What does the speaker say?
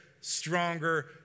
stronger